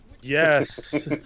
yes